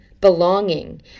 belonging